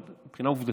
אבל מבחינה עובדתית,